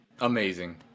Amazing